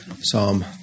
Psalm